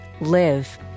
live